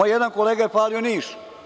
Jedan moj kolega je hvalio Niš.